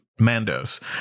mandos